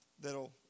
that'll